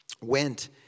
went